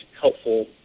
helpful